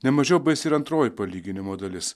ne mažiau baisi ir antroji palyginimo dalis